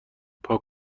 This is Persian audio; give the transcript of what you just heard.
پاک